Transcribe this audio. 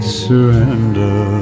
surrender